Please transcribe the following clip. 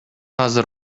азыр